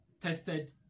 tested